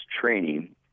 training